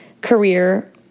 career